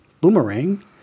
Boomerang